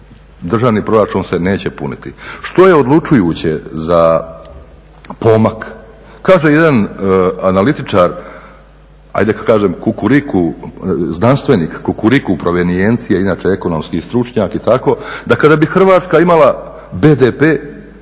državni proračun se neće puniti. Što je odlučujuće za pomak? Kaže jedan analitičar, ajde da kažem znanstvenik Kukuriku provenijencije, inače ekonomski stručnjak i tako, da kada bi Hrvatska imala